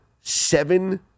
seven